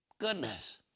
Goodness